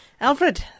Alfred